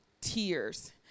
tears